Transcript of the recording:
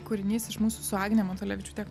kūrinys iš mūsų su agne matulevičiūte